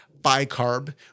bicarb